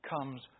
comes